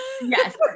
Yes